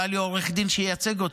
לא היה לי עורך דין שייצג אותו.